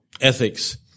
ethics